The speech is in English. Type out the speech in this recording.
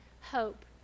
hope